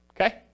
okay